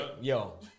yo